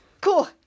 cool